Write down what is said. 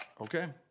Okay